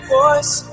voice